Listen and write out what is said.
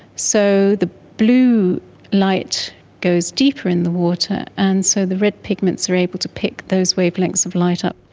so the blue light goes deeper in the water and so the red pigments are able to pick those wavelengths of light up.